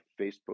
Facebook